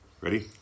ready